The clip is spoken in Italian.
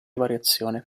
variazione